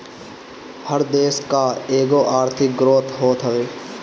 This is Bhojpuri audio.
हर देस कअ एगो आर्थिक ग्रोथ होत हवे